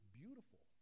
beautiful